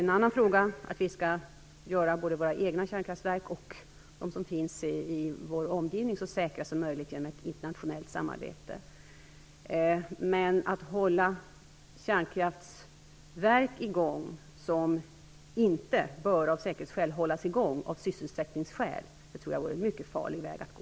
En annan fråga är att vi skall göra både våra egna kärnkraftverk och de som finns i vår omgivning så säkra som möjligt genom ett internationellt samarbete. Men att av sysselsättningsskäl hålla i gång kärnkraftverk som inte bör hållas i gång av säkerhetsskäl vore en mycket farlig väg att gå.